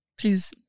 please